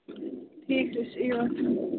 ٹھیٖک حَظ چھُ یِیِو حَظ